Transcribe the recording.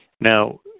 Now